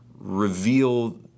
reveal